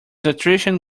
nutrition